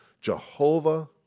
Jehovah